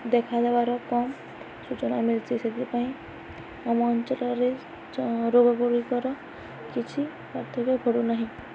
ଦେଖା ଦେବାର କମ୍ ସୂଚନା ମିିଲ୍ଛି ସେଥିପାଇଁ ଆମ ଅଞ୍ଚଳରେ ରୋଗଗୁଡ଼ିକର କିଛି ପାର୍ଥକ୍ୟ ପଡ଼ୁନାହିଁ